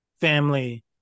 family